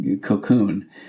cocoon